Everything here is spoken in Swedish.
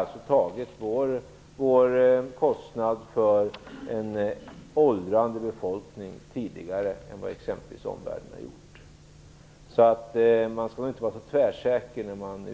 Vi har tagit på oss kostnaden för en åldrande befolkning tidigare än vad exempelvis omvärlden har gjort. Man skall nog inte vara så tvärsäker och bara